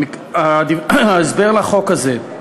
ההסבר לחוק הזה: